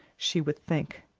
she would think,